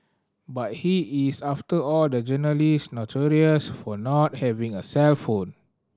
but he is after all the journalist notorious for not having a cellphone